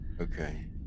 Okay